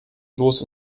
los